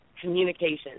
communications